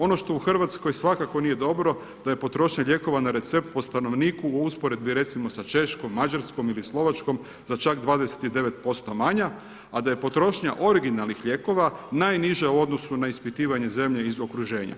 Ono što u Hrvatskoj svakako nije dobro, da je potrošnja lijekova na recept po stanovniku u usporedbi sa recimo Češkom, Mađarskom ili Slovačkom za čak 29% manja, a daje potrošnja originalnih lijekova najniža u odnosu na ispitivanje zemlje iz okruženja.